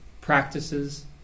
Practices